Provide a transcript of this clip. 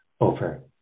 over